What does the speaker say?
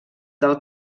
del